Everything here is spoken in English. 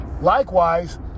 Likewise